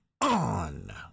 on